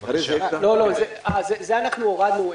את זה אנחנו הורדנו.